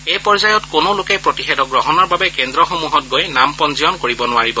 এই পৰ্যয়ত কোনো লোকে প্ৰতিষেধক গ্ৰহণৰ বাবে কেন্দ্ৰসমূহত গৈ নাম পঞ্জীয়ন কৰিব নোৱাৰিব